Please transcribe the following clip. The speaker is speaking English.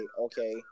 okay